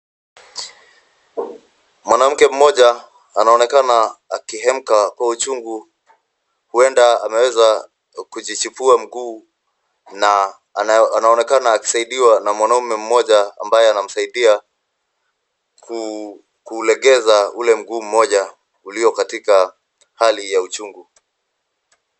Mwanamke mmoja anaonekana akihemka kwa uchungu huenda ameweza kujichipua mguu na anaonekana akisaidiwa na mwanume mmoja ambaye anamsaidia kulegeza ule mguu mmoja uliokatika hali ya uchungu.